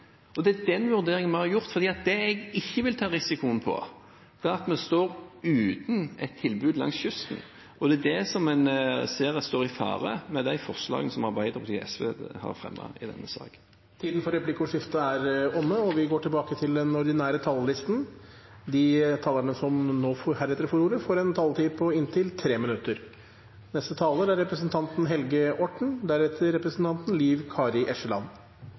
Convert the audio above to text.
Det er den vurderingen vi har gjort – for det jeg ikke vil risikere, er at vi står uten et tilbud langs kysten. Og det er det en ser står i fare med de forslagene som Arbeiderpartiet og SV har fremmet i denne saken. Replikkordskiftet er dermed omme. De talere som heretter får ordet, har en taletid på inntil 3 minutter. Dette er en sak som skaper stort engasjement, og det er for så vidt ikke så rart. Det er et viktig tilbud for hele kystbefolkningen, det er